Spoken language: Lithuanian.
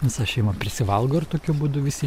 visa šeima prisivalgo ir tokiu būdu visi